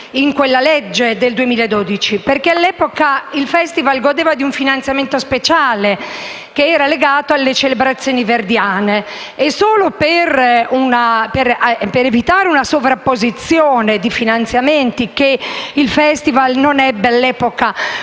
nella legge n. 206 del 2012? Perché all'epoca il Festival godeva di un finanziamento speciale, legato alle celebrazioni verdiane. E fu solo per evitare una sovrapposizione di finanziamenti che il Festival, all'epoca, non